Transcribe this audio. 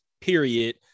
period